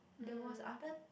there was other